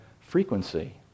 frequency